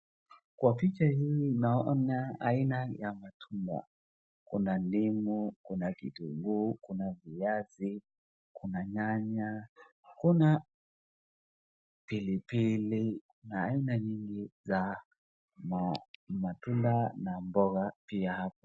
Kwa picha hii naona aina ya matunda. Kuna ndimu, kuna kitunguu, kuna viazi, kuna nyanya, kuna pilipili na aina nyingi za matunda na mboga pia hapo.